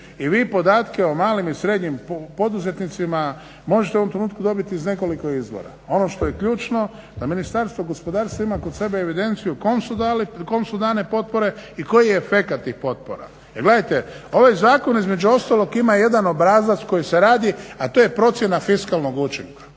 I vi podatke o malim i srednjim poduzetnicima možete u ovom trenutku dobiti iz nekoliko izvora. Ono što je ključno da Ministarstvo gospodarstva ima kod sebe evidenciju kom su dali i kome su dane potpore i koji je efekat tih potpora. Jer gledajte ovaj zakon između ostalog ima i jedan obrazac koji se radi, a to je procjena fiskalnog učinka.